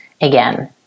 again